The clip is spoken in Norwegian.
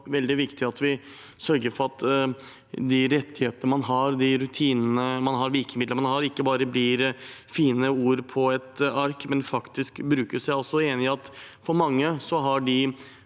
veldig viktig at vi sørger for at de rettighetene, rutinene og virkemidlene man har, ikke bare blir fine ord på et ark, men faktisk brukes. Jeg er også enig i at for mange har de